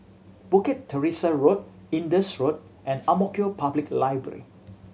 Bukit Teresa Road Indus Road and Ang Mo Kio Public Library